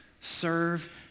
serve